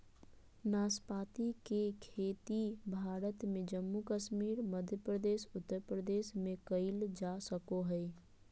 नाशपाती के खेती भारत में जम्मू कश्मीर, मध्य प्रदेश, उत्तर प्रदेश में कइल जा सको हइ